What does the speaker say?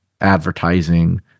advertising